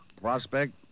Prospect